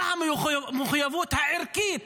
מה המחויבות הערכית